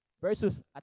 versus